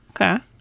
Okay